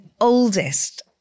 oldest